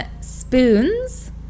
Spoons